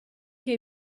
che